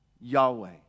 Yahweh